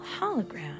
hologram